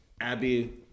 Abby